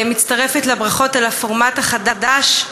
מצטרפת לברכות על הפורמט החדש.